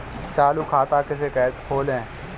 चालू खाता कैसे खोलें?